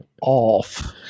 off